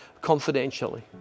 confidentially